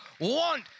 want